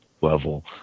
level